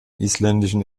isländischen